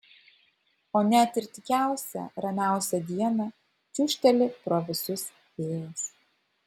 o net ir tykiausią ramiausią dieną čiūžteli pro visus vėjas